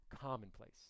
commonplace